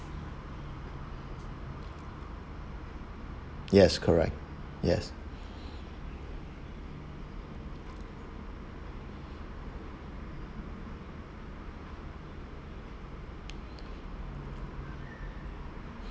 yes correct yes